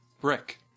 Brick